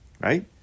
Right